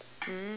mm